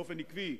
באופן עקבי,